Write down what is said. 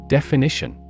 Definition